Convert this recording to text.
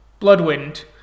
Bloodwind